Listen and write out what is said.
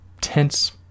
tense